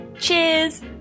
Cheers